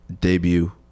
debut